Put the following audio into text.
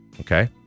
okay